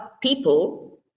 people